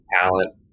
talent